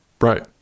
Right